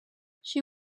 she